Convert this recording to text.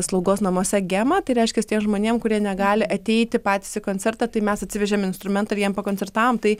slaugos namuose gema tai reiškias tiem žmonėm kurie negali ateiti patys į koncertą tai mes atsivežėm instrumentą ir jiem pakoncertavom tai